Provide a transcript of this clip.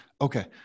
Okay